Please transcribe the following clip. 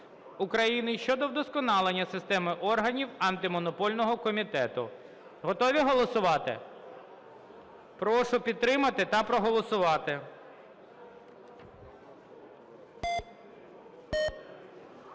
України щодо вдосконалення системи органів Антимонопольного комітету. Готові голосувати? Прошу підтримати та проголосувати. 14:36:57